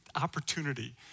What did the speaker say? opportunity